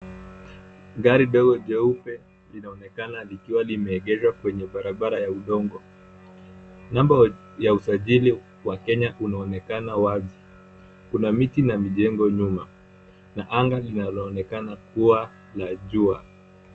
Gari dogo jeupe, linaonekana likiwa limeegeshwa kwenye barabara ya udongo. Namba ya usajili wa kenya unaonekana wazi. Kuna miti na majengo nyuma, na anga linaloonekana kuwa la jua.